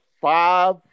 five